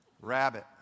Rabbit